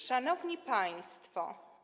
Szanowni Państwo!